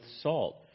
salt